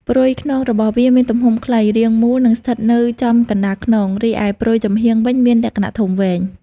ព្រុយខ្នងរបស់វាមានទំហំខ្លី រាងមូល និងស្ថិតនៅចំកណ្ដាលខ្នង រីឯព្រុយចំហៀងវិញមានលក្ខណៈធំវែង។